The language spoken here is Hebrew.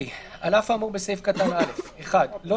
(ה)על אף האמור בסעיף קטן (א) (1)לא